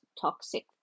toxic